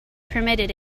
permitted